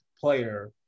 player